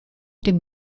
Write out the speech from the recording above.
dem